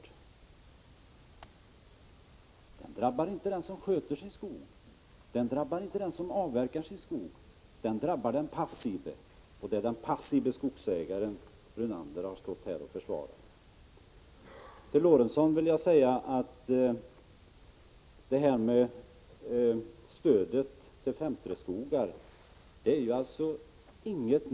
Men den drabbar inte den som sköter sin skog och avverkar, utan den drabbar de skogsägare som är passiva och som Lennart Brunander har stått här och försvarat. Till Sven Eric Lorentzon vill jag säga att stödet till 5:3-skogar är inget nytt.